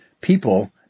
people